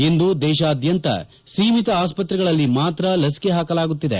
ಇಂದು ದೇಶಾದ್ಯಂತ ಸೀಮಿತ ಆಸ್ಪತ್ರೆಗಳಲ್ಲಿ ಮಾತ್ರ ಲಸಿಕೆ ಹಾಕಲಾಗುತ್ತಿದೆ